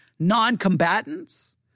non-combatants